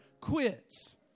quits